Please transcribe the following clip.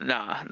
Nah